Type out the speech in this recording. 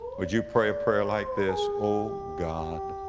would you pray a prayer like this? oh god,